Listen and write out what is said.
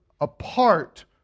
apart